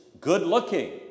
good-looking